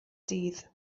dydd